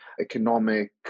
economic